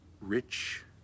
rich